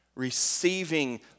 receiving